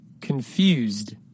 Confused